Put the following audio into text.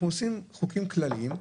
אנחנו עושים חוקים כלליים,